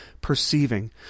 perceiving